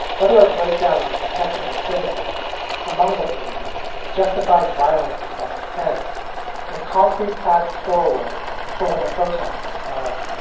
whether a breakdown in the protection of citizens among the police justifies violence in self-defense and concrete paths forward for when the protests subside.